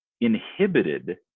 inhibited